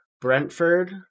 Brentford